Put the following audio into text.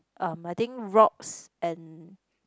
um I think rocks and